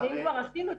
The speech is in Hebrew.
במקומה.